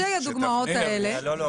לא.